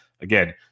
Again